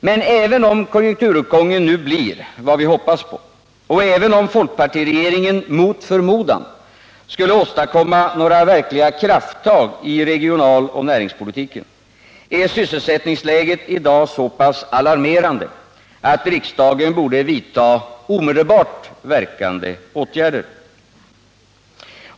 Men även om konjunkturuppgången blir vad vi nu hoppas på och även om folkpartiregeringen mot förmodan skulle åstadkomma några verkliga krafttag i regionaloch näringspolitiken, är sysselsättningsläget i dag så pass alarmerande att riksdagen borde vidta omedelbart verkande åtgärder.